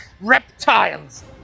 Reptiles